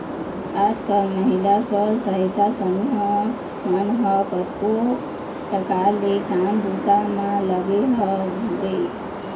आजकल महिला स्व सहायता समूह मन ह कतको परकार ले काम बूता म लगे हवय